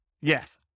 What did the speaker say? Yes